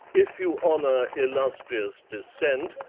if you honor illustrious descent,